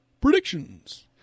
predictions